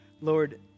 Lord